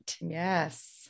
Yes